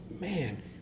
man